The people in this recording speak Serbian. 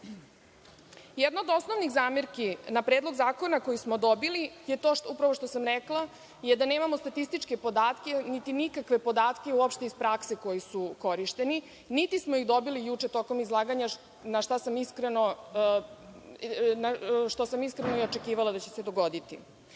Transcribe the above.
od osnovnih zamerki na Predlog zakona koji smo dobili je upravo to što sam rekla, da nemamo statističke podatke, niti nikakve podatke uopšte iz prakse koji su korišćeni, niti smo ih dobili juče tokom izlaganja, što sam iskreno očekivala da će se dogoditi.